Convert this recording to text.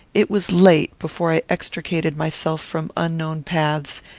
it was late before i extricated myself from unknown paths,